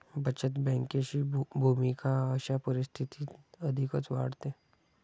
बचत बँकेची भूमिका अशा परिस्थितीत अधिकच वाढते